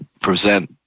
present